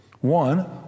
One